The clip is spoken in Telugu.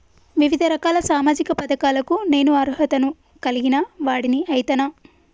వివిధ రకాల సామాజిక పథకాలకు నేను అర్హత ను కలిగిన వాడిని అయితనా?